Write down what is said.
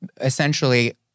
essentially